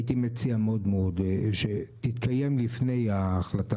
הייתי מציע מאוד מאוד שתתקיים לפני ההחלטה